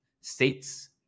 states